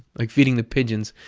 like feeding the pigeons.